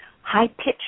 high-pitched